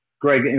Greg